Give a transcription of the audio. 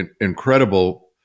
incredible